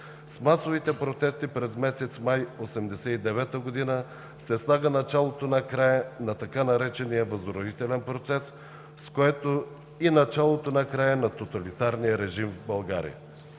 С масовите протести през месец май 1989 г. се слага началото на края на така наречения „възродителен процес“, с което и началото на края на тоталитарния режим в България.